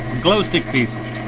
glow stick pieces.